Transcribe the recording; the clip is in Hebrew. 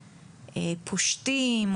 פושטים,